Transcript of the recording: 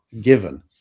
given